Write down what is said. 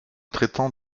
traitant